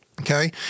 Okay